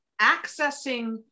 accessing